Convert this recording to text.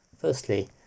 Firstly